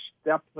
step